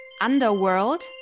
Underworld